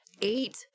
eight